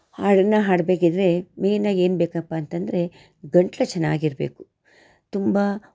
ಹಾಡನ್ನು ಹಾಡಬೇಕಿದ್ರೆ ಮೇನಾಗಿ ಏನು ಬೇಕಪ್ಪ ಅಂತಂದರೆ ಗಂಟ್ಲು ಚೆನ್ನಾಗಿರ್ಬೇಕು ತುಂಬ